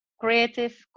creative